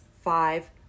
five